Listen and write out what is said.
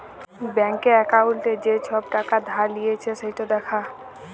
ব্যাংকে একাউল্টে যে ছব টাকা ধার লিঁয়েছে সেট দ্যাখা